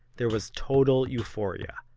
there was total euphoria.